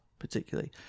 particularly